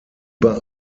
bei